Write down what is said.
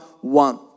one